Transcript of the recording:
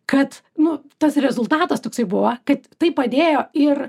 kad nu tas rezultatas toksai buvo kad tai padėjo ir